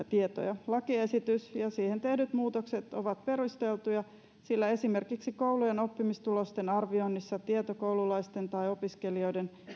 tietoja lakiesitys ja siihen tehdyt muutokset ovat perusteltuja sillä esimerkiksi koulujen oppimistulosten arvioinnissa tieto koululaisten tai opiskelijoiden